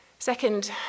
Second